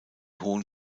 hohen